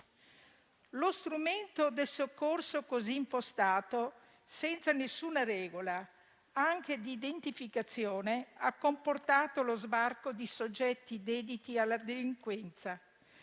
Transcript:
Lo strumento del soccorso così impostato, senza nessuna regola anche di identificazione, ha comportato lo sbarco di soggetti dediti alla delinquenza.